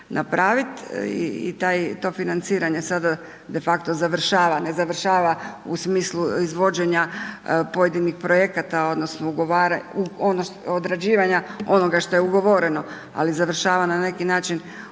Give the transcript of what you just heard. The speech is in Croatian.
i to financiranje sada de facto završava. Ne završava u smislu izvođenja pojedinih projekata odnosno odrađivanja onoga što je ugovoreno, ali završava na neki način u smislu